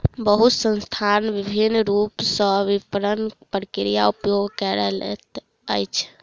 बहुत संस्थान विभिन्न रूप सॅ विपरण प्रक्रियाक उपयोग करैत अछि